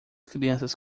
crianças